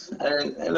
לא,